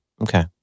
Okay